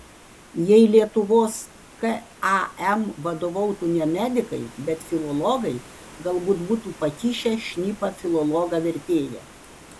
jei lietuvos kam vadovautų ne medikai bet filologai galbūt būtų pakišę šnipą filologą vertėją